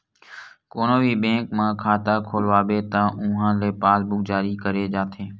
कोनो भी बेंक म खाता खोलवाबे त उहां ले पासबूक जारी करे जाथे